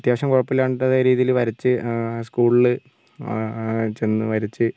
അത്യാവശ്യം കുഴപ്പം ഇല്ലാത്ത രീതിയിൽ വരച്ച് സ്ക്കൂളിൽ ചെന്ന് വരച്ച്